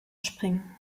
springen